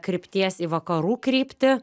krypties į vakarų kryptį